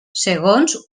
segons